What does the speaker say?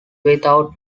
without